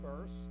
first